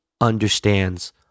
understands